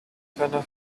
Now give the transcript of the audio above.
penner